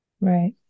Right